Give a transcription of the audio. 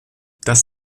das